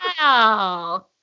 Wow